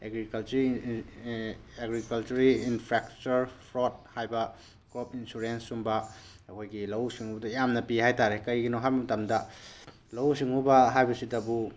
agriculture infrastructure ꯐ꯭ꯔꯣꯠ ꯍꯥꯏꯕ crop insurance ꯑꯁꯨꯝꯕ ꯑꯩꯈꯣꯏꯒꯤ ꯂꯧꯎ ꯁꯤꯡꯎꯕꯗ ꯌꯥꯝꯅ ꯄꯤ ꯍꯥꯏꯇꯥꯔꯦ ꯀꯔꯤꯒꯤꯅꯣ ꯍꯥꯏꯕ ꯃꯇꯝꯗ ꯂꯧꯎ ꯁꯤꯡꯎꯕ ꯍꯥꯏꯕꯁꯤꯇꯕꯨ